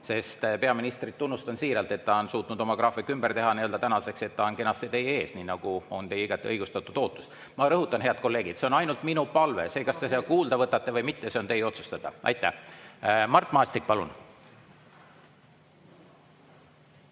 juures. Peaministrit tunnustan siiralt, et ta on suutnud oma graafiku tänaseks ümber teha, et ta on kenasti teie ees, nii nagu on teie igati õigustatud ootus. Ma rõhutan, head kolleegid, see on ainult minu palve. See, kas te seda kuulda võtate või mitte, on teie otsustada. Aitäh! Mart Maastik, palun!